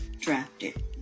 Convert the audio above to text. drafted